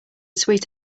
sweet